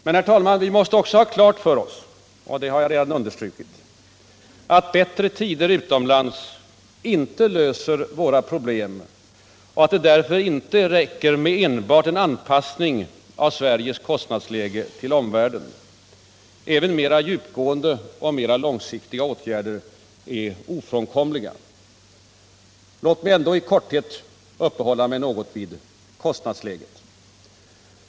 Men, herr talman, vi måste också ha klart för oss — vilket jag redan understrukit — att bättre tider utomlands inte löser våra problem och att det därför inte räcker med enbart en anpassning av Sveriges kostnadsläge till omvärldens. Även mera djupgående och mera långsiktiga åtgärder är ofrånkomliga. Låt mig ändå i korthet uppehålla mig något vid kostnadsläget.